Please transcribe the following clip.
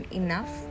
enough